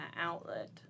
outlet